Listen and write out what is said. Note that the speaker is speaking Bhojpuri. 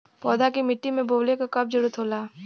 पौधा के मिट्टी में बोवले क कब जरूरत होला